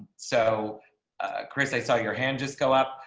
so chris, i saw your hand just go up,